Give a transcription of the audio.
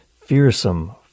fearsome